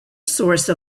source